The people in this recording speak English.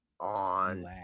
On